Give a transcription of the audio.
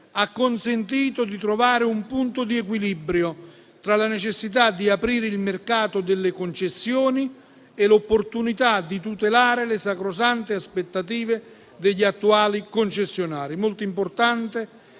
ha consentito di trovare un punto di equilibrio tra la necessità di aprire il mercato delle concessioni e l'opportunità di tutelare le sacrosante aspettative degli attuali concessionari. Molto importante